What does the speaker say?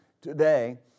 today